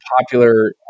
popular